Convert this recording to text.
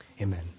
amen